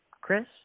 Chris